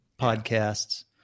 podcasts